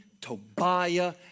Tobiah